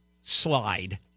slide